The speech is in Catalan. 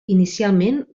inicialment